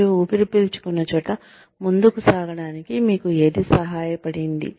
మీరు ఊపిరి పీల్చుకున్న చోట ముందుకు సాగడానికి మీకు ఏది సహాయపడింది